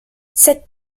cette